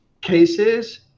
cases